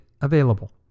available